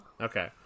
Okay